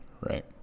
right